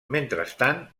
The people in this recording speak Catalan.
mentrestant